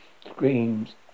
screams